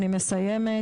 אני מסיימת,